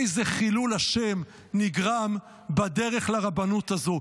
איזה חילול השם נגרם בדרך לרבנות הזו.